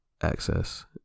access